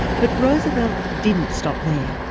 but roosevelt didn't stop there.